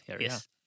Yes